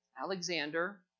Alexander